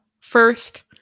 First